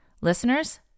Listeners